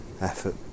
effort